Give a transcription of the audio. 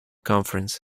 conference